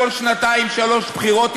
כל שנתיים-שלוש בחירות,